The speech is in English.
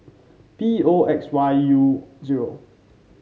P O X Y U zero